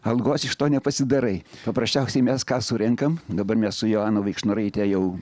algos iš to nepasidarai paprasčiausiai mes ką surenkam dabar mes su joana vaikšnoraite jau